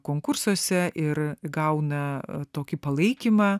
konkursuose ir gauna tokį palaikymą